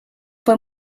fue